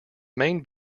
main